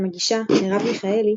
המגישה, מרב מיכאלי,